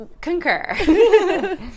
Concur